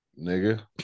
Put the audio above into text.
nigga